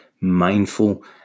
mindful